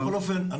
בכל אופן,